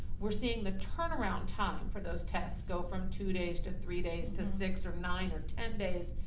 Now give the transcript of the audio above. we're seeing the turnaround time for those tests go from two days to three days to six or nine or ten days.